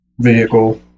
vehicle